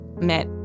met